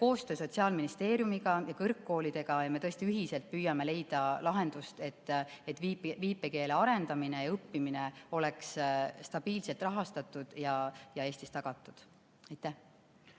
koostöö Sotsiaalministeeriumiga ja kõrgkoolidega ning me tõesti ühiselt püüame leida lahendust, et viipekeele arendamine ja õppimine oleks Eestis stabiilselt rahastatud ja tagatud. Aitäh!